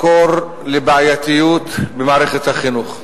מקור לבעייתיות במערכת החינוך.